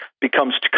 becomes